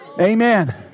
Amen